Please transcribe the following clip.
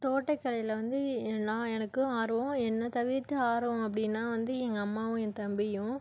தோட்டக்கலையில வந்து எல்லாம் எனக்கும் ஆர்வம் என்ன தவிர்த்து ஆர்வம் அப்படின்னா வந்து எங்கள் அம்மாவும் என் தம்பியும்